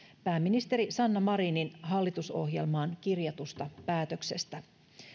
pääministeri sanna marinin hallitusohjelmaan kirjatusta päätöksestä